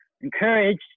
encouraged